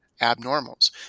abnormals